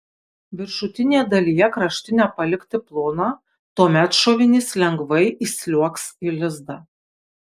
viršutinėje dalyje kraštinę palikti ploną tuomet šovinys lengvai įsliuogs į lizdą